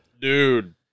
Dude